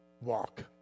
walk